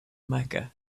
mecca